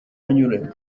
anyuranye